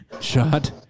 shot